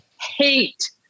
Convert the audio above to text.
hate